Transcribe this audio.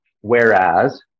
Whereas